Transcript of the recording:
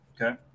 Okay